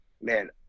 man